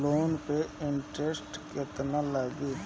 Loan पे interest केतना लागी?